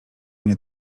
mnie